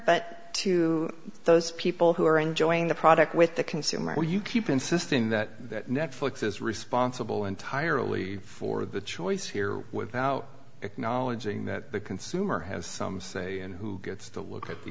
but to those people who are enjoying the product with the consumer you keep insisting that netflix is responsible entirely for the choice here without acknowledging that the consumer has some say in who gets to look at the